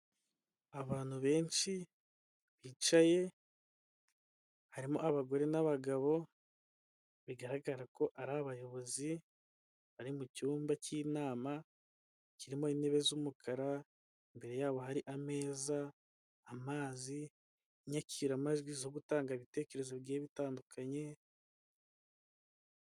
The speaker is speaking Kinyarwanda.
Abantu benshi bicaye, harimo abagore n'abagabo bigaragara ko ari abayobozi, bari mu cyumba cy'inama kirimo intebe z'umukara. Imbere yabo hari ameza, amazi, inyakiramajwi zo gutanga ibitekerezo bigiye bitandukanye.